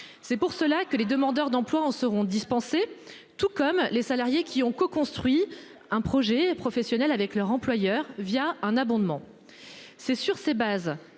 C'est pour cela que les demandeurs d'emploi en seront dispensés tout comme les salariés qui ont co-construit un projet professionnel avec leur employeur via un abondement. C'est sur ces bases,